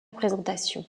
présentation